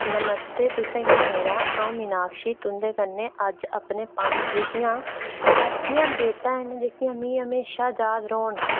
नमस्ते तुसें गी मेरा अ'ऊं मिनाक्षी तुं'दे कन्नै पंज जेह्कियां ऐसियां डेटां न जेह्कियां मिगी हमेशा याद रौह्न